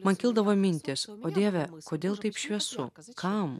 man kildavo mintys o dieve kodėl taip šviesu kam